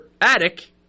attic